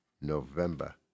November